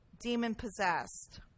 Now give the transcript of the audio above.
demon-possessed